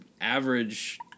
average